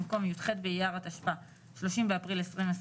במקום 'י"ח באייר התשפ"א 30 באפריל 2021'